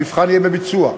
המבחן יהיה בביצוע,